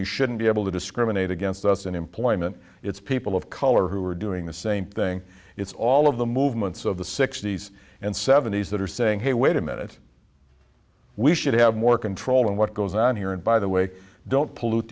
you shouldn't be able to discriminate against us in employment it's people of color who are doing the same thing it's all of the movements of the sixty's and seventy's that are saying hey wait a minute we should have more control in what goes on here and by the way don't pollute